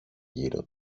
γύρω